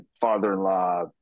father-in-law